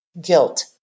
guilt